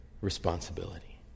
responsibility